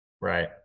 right